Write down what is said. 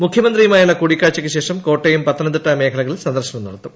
മുഖ്യമന്ത്രിയുമായുള്ള കൂടിക്കാഴ്ചയ്ക്ക് ശേഷം കോട്ടയ്ം ് പത്തനംതിട്ട മേഖലകളിൽ സന്ദർശനം നടത്തും